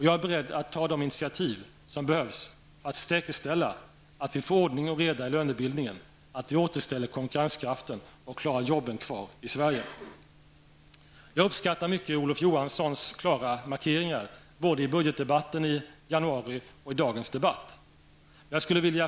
Jag är beredd att ta de initiativ som behövs för att säkerställa att vi får ordning och reda i lönebildningen, att vi återställer konkurrenskraften och klarar att ha jobben kvar i Jag uppskattar mycket Olof Johanssons klara markeringar, både i budgetdebatten i januari och i dagens debatt.